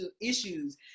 issues